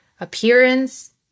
appearance